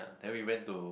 then we went to